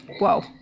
whoa